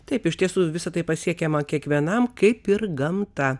taip iš tiesų visa tai pasiekiama kiekvienam kaip ir gamta